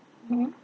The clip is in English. mmhmm